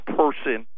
person